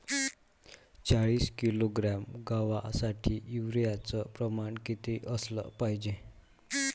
चाळीस किलोग्रॅम गवासाठी यूरिया च प्रमान किती असलं पायजे?